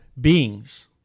beings